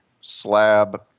slab